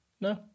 No